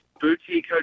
boutique